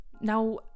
Now